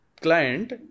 client